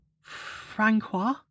Francois